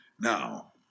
Now